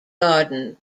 garden